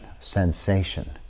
sensation